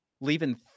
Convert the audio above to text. Leaving